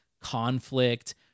conflict